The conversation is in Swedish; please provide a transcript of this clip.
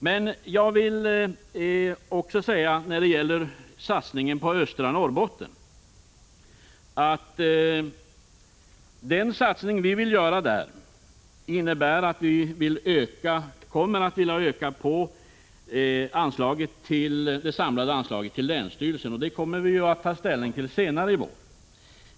Den satsning som vi vill göra på östra Norrbotten innebär en ökning av det samlade anslaget till länsstyrelsen. Det förslaget kommer vi att ta ställning till senare i vår.